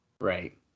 Right